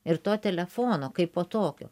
ir to telefono kaipo tokio